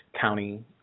County